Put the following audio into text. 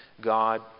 God